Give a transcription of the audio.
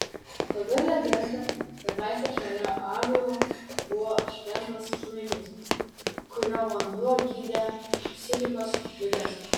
pagal legendą kadaise šalia ąžuolo buvo šventas šulinys kurio vanduo gydė psichikos ligas